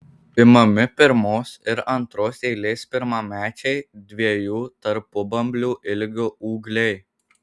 imami pirmos ir antros eilės pirmamečiai dviejų tarpubamblių ilgio ūgliai